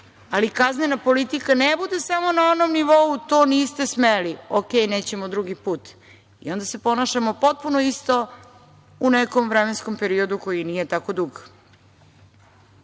ali kaznena politika ne bude samo na onom nivou - to niste smeli, dobro nećemo drugi put. I onda se ponašamo potpuno isto u nekom vremenskom periodu koji nije tako